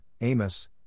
Amos